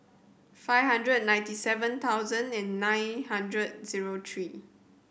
five hundred and ninety seven thousand and nine hundred zero three